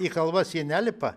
į kalvas jie nelipa